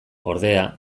ordea